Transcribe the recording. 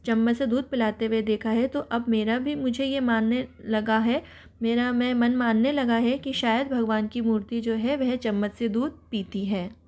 चम्मच से दूध पिलाते हुए देखा है तो अब मेरा भी मुझे ये मानने लगा है मेरा मैं मन मानने लगा है कि शायद भगवान की मूर्ति जो है वह चम्मच से दूध पीती है